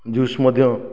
juice ମଧ୍ୟ